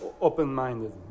open-minded